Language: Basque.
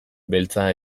beltza